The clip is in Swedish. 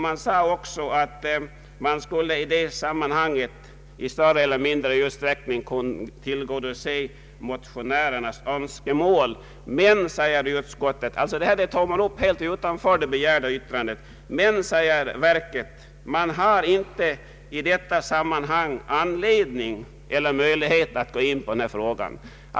Man skulle också i det sammanhanget i större eller mindre utsträckning kunna tillgodose motionärernas önskemål. Verket förklarade dock — helt utanför det begärda yttrandet — att man i detta sammanhang inte hade anledning eller möjlighet att gå in på frågan.